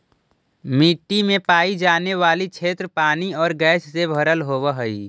मिट्टी में पाई जाने वाली क्षेत्र पानी और गैस से भरल होवअ हई